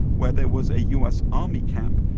where there was a u s. army camp.